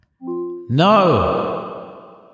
No